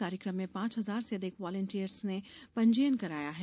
कार्यक्रम में पांच हजार से अधिक वॉलेंटियर्स ने पंजीयन कराया है